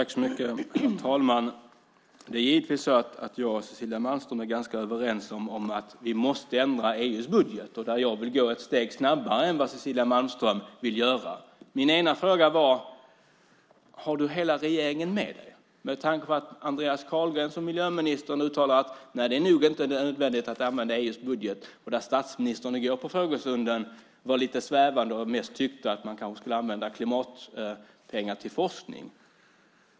Herr talman! Givetvis är jag och Cecilia Malmström ganska överens om att vi måste ändra på EU:s budget. Jag vill dock gå fram snabbare än vad Cecilia Malmström vill göra. Min ena fråga var: Har Cecilia Malmström hela regeringen med sig? Jag frågar detta med anledning av att Andreas Carlgren som miljöminister uttalat att det nog inte är nödvändigt att använda EU:s budget, och vid riksdagens frågestund i går var statsministern lite svävande och tyckte att man kanske skulle använda klimatpengar till forskning.